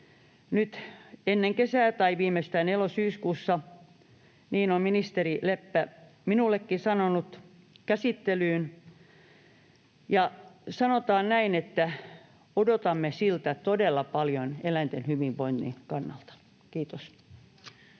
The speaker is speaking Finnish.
nyt ennen kesää tai viimeistään elo—syyskuussa, niin on ministeri Leppä minullekin sanonut, ja sanotaan näin, että odotamme siltä todella paljon eläinten hyvinvoinnin kannalta. — Kiitos.